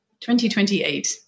2028